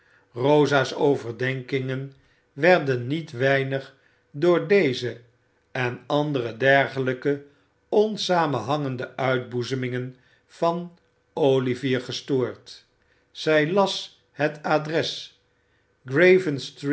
rosa's overdenkingen werden niet weinig door deze en andere dergelijke onsamenhangende uitboezemingen van olivier gestoord zij las het adres